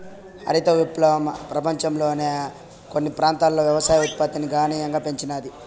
హరిత విప్లవం పపంచంలోని కొన్ని ప్రాంతాలలో వ్యవసాయ ఉత్పత్తిని గణనీయంగా పెంచినాది